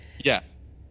Yes